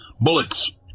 Bullets